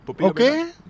okay